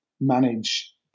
manage